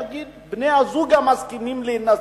ויגידו: בני-הזוג המסכימים להינשא.